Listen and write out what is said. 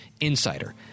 insider